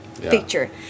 picture